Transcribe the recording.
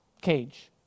cage